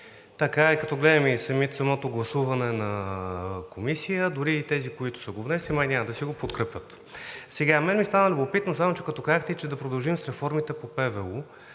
Така е и като гледам и самото гласуване на Комисията – дори и тези, които са го внесли, май няма да си го подкрепят. На мен ми стана любопитно, само че като казахте, че и да продължим с реформите по ПВУ.